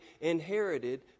inherited